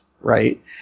right